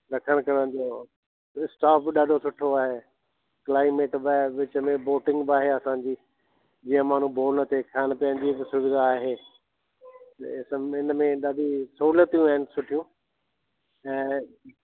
रखण करण जो पूरो स्टाफ ॾाढो सुठो आहे क्लाइमेट बि आहे विच में बोटिंग बि आहे असांजी जीअं माण्ह बोर न थे खाइण पीअण जी बि सुविधा आहे हीअ सभु बि हिन में ॾाढी सहुलतियूं आहिनि सुठियूं ऐं